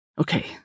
Okay